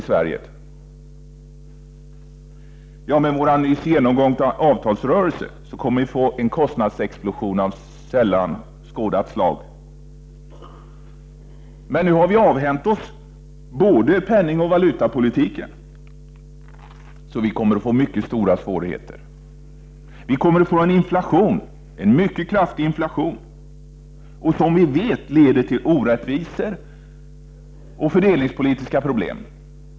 Efter den genomgångna avtalsrörelsen kommer vi att få en kostnadsexplosion av sällan skådat slag. Men nu har vi avhänt oss både penningoch valutapolitiken, så vi kommer att få mycket stora svårigheter. Sverige kommer att få en mycket kraftig inflation som vi vet leder till orättvisor och fördelningspolitiska problem.